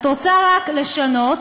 את רוצה רק לשנות,